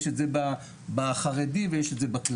יש את זה בחרדי ויש את זה בכללי.